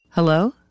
Hello